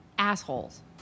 assholes